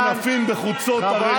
מונפים בחוצות ערי ישראל.